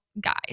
guys